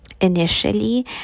initially